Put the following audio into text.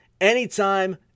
anytime